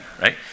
Right